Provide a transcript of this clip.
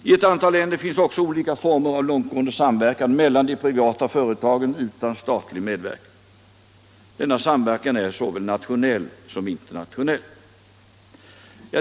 I ett antal länder finns också olika former av långtgående samverkan mellan de privata företagen utan statlig medverkan. Denna samverkan är såväl nationell som internationell.